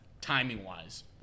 timing-wise